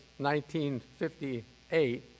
1958